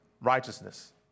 righteousness